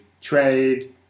trade